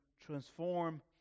transform